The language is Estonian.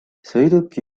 sõiduki